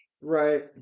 Right